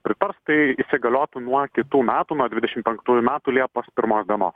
pritars tai įsigaliotų nuo kitų metų nuo dvidešim penktųjų metų liepos pirmos dienos